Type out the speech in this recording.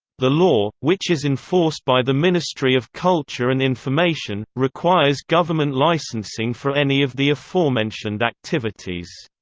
the law, which is enforced by the ministry of culture and information, requires government licensing for any of the aforementioned activities.